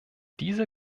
diese